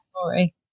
story